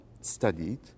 studied